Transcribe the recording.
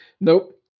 Nope